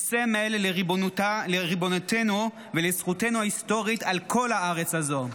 היא סמל לריבונותנו ולזכותנו ההיסטורית על כל הארץ הזו.